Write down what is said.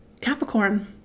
Capricorn